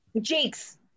Jinx